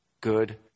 good